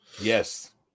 Yes